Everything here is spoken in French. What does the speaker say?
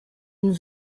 une